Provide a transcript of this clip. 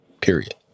period